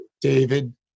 David